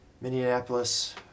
Minneapolis